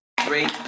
three